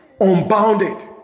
unbounded